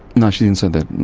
no, she didn't say that,